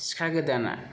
सिखा गोदाना